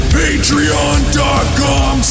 patreon.com